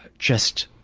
just